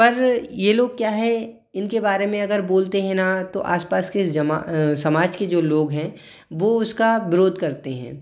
पर ये लोग क्या है इनके बारे में अगर बोलते हैं ना तो आसपास के जमा समाज के जो लोग हैं वो उसका विरोध करते हैं